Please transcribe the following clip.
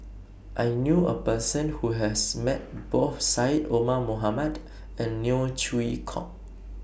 I knew A Person Who has Met Both Syed Omar Mohamed and Neo Chwee Kok